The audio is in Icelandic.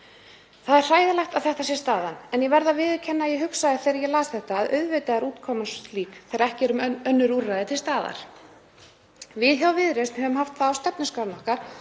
Það er hræðilegt að þetta sé staðan en ég verð að viðurkenna að ég hugsaði þegar ég las þetta að auðvitað væri útkoman slík þegar ekki væru önnur úrræði til staðar. Við hjá Viðreisn höfum haft það á stefnuskránni okkar